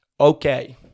Okay